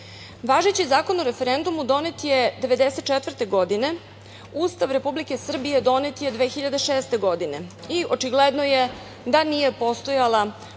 Zakon o referendumu donet je 1994. godine. Ustav Republike Srbije donet je 2006. godine i očigledno je da nije postojala